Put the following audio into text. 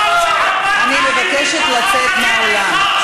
אני מבקשת לצאת מהאולם.